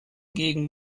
gegen